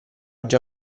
già